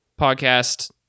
podcast